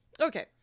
okay